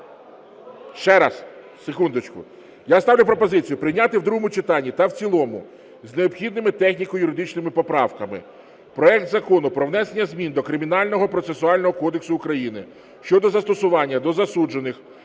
Ще раз, секундочку. Я ставлю пропозицію, прийняти в другому читанні та в цілому, з необхідними техніко-юридичними поправками, проект Закону про внесення змін до Кримінального процесуального кодексу України щодо застосування до засуджених